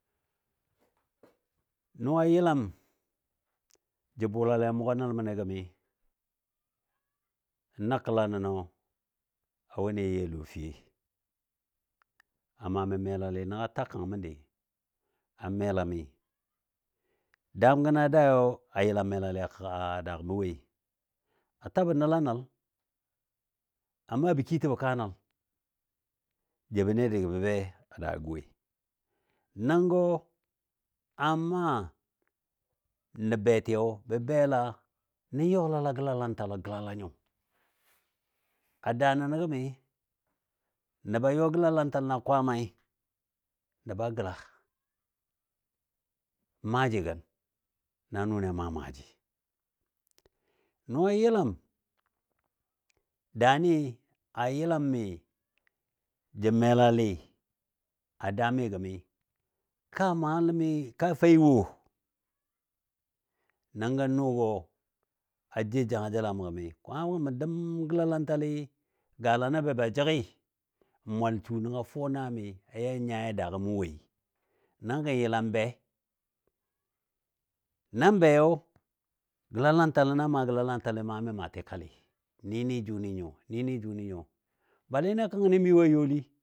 Nʊ a yəlam jə bʊlalɨ a mʊgɔ nəl məndi gəmi nəkəla nənɔ a ni yɨ a Lofiyoi, a maa mi melalɨ nənga ta kang məndi melami. Daam gəna daayɔ a yəlam melalɨ a kəga a daa mə woi. A tabɔ nəla nəl, a maabɔ kii təbo kaa nəl, jou bənde dɨ gə bə be a daagɔ woi. Nəngɔ a maa nə betiyo bə bela nən yɔla gəlalantalɔ a gəlala nyo. A daa nənɔ gəmi nəba yɔ gəlalantal na Kwaamai nəba gəla, maaji gən na nʊni a maa maaji. Nʊ a yəlam daani a yəlami jə melalɨ a daami gəmi kaa malami kaa fei wo nəngɔ nʊgɔ a jou jangajəl a mə gəmi. Kwamago mə doum gəlalantali, galana be ba jəggi n mwal su nəngɔ a fuwa naa mi a ya nyai a daagɔ mə woi, nəngɔ n yəla n be, na beyɔ gəlalantalɔ nan maa gəlalantali maa mi maa tikalɨ, nɨ nɨ jʊnɨ nyo, nɨ nɨ jʊnɨ nyo. Bali ni kəngkəni mi wo youli